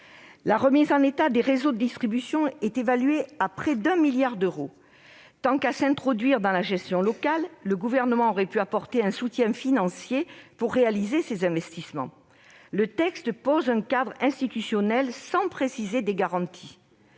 la remise en état des réseaux de distribution est évalué à près de 1 milliard d'euros. Puisqu'il s'est résigné à s'introduire dans la gestion locale, le Gouvernement aurait pu apporter un soutien financier pour réaliser ces investissements. Le présent texte pose un cadre institutionnel sans apporter de garanties.